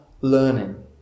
learning